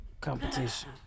competition